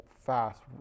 fast